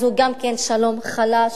הוא גם כן שלום חלש,